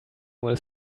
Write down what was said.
will